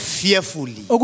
fearfully